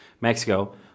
Mexico